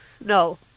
no